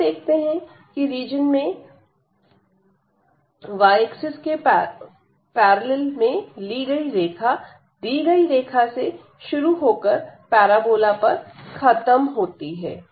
हम देखते हैं कि रीजन में y axis के पैरेलल में ली गई कोई रेखा दी गई रेखा से शुरू होकर पैराबोला पर खत्म होती है